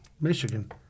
Michigan